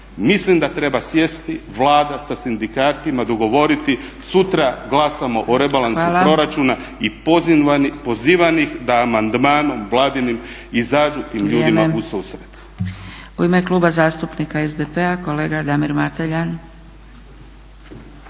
Mislim da treba sjesti Vlada sa sindikatima, dogovoriti. Sutra glasamo o rebalansu proračuna i pozivam ih da amandmanom Vladinim izađu tim ljudima ususret.